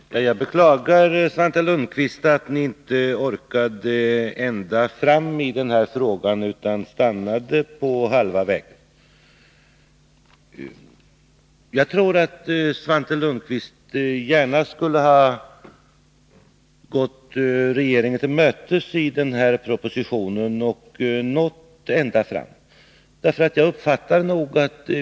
Herr talman! Jag beklagar, Svante Lundkvist, att ni inte orkade ända fram i den här frågan utan stannade på halva vägen. Jag tror att Svante Lundkvist gärna skulle ha gått regeringen till mötes när det gäller den här propositionen och därmed nått ända fram.